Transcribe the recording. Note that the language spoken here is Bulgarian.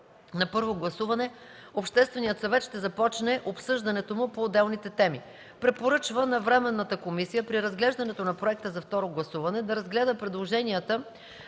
на първо гласуване Общественият съвет ще започне обсъждането му по отделните теми. Препоръчва на Временната комисия при разглеждането на проекта на второ гласуване да разгледа предложенията